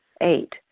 Eight